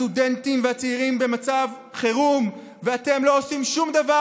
הסטודנטים והצעירים במצב חירום ואתם לא עושים שום דבר,